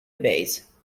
base